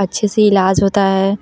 अच्छे से इलाज़ होता है